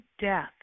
death